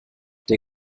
der